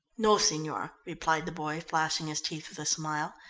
no, signora, replied the boy, flashing his teeth with a smile.